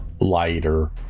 lighter